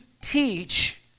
teach